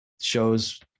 shows